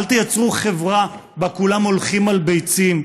אל תיצרו חברה שבה כולם הולכים על ביצים.